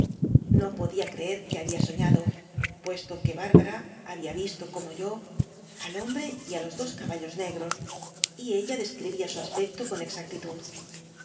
no podía creer que había sofiado puesto que bárbara ha bía visto como yo al hombre y á los dos caballos negros y ella describía su aspecto con exactitud